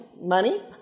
money